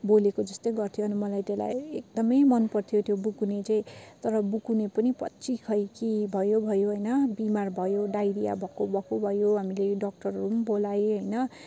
बोलेको जस्तै गर्थ्यो अनि मैले त्यसलाई एकदमै मनपर्थ्यो त्यो बुकुने चाहिँ तर बुकुने पनि पछि खै के भयो भयो होइन बिमार भयो डाइरिया भएको भएको भयो हामीले डक्टरहरू पनि बोलायौँ होइन